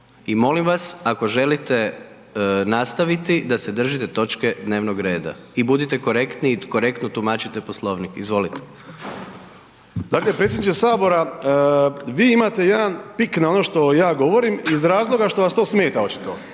i molim vas ako želite nastaviti da se držite točke dnevnog reda i budite korektni i korektno tumačite Poslovnik. Izvolite. **Zekanović, Hrvoje (HRAST)** Dakle, predsjedniče sabora vi imate jedan pik na ono što ja govorim iz razloga što vas to smeta očito,